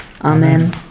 Amen